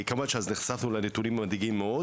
כמובן שאז נחשפנו לנתונים המדאיגים מאוד